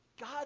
God